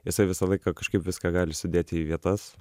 jisai visą laiką kažkaip viską gali sudėti į vietas